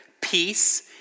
peace